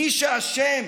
מי שאשם